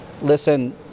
listen